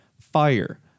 Fire